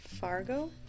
Fargo